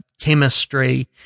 chemistry